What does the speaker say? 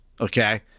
okay